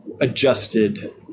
adjusted